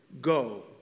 go